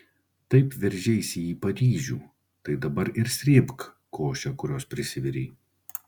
taip veržeisi į paryžių tai dabar ir srėbk košę kurios prisivirei